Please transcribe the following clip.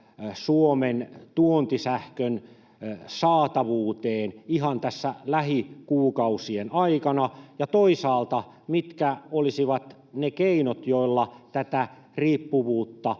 Suomen tuontisähkön saatavuuteen ihan tässä lähikuukausien aikana? Ja mitkä toisaalta olisivat ne keinot, joilla tätä riippuvuutta